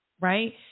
right